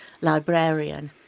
librarian